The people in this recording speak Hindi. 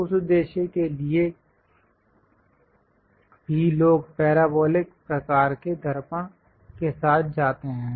उस उद्देश्य के लिए भी लोग पैराबोलिक प्रकार के दर्पण के साथ जाते हैं